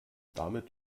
damit